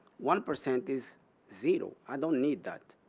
one percent is zero. i don't need that.